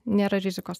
nėra rizikos